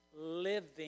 Living